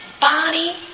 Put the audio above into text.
Bonnie